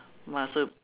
!wah! so